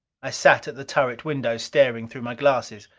i sat at the turret window, staring through my glasses.